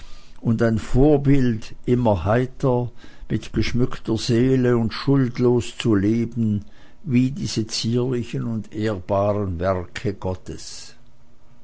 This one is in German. und ein vorbild immer heiter mit geschmückter seele und schuldlos zu leben wie diese zierlichen und ehrbaren werke gottes